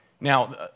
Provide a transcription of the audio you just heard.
Now